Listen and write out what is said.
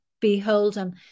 beholden